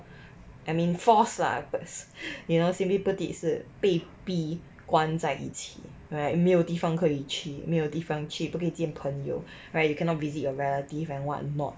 I mean force lah but you know C_B 毕竟是被逼关在一起 right 没有地方可以去没有地方去不可以见朋友 right you cannot visit your relative and what not